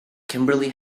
kimberly